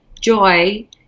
Joy